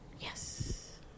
Yes